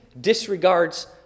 disregards